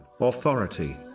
authority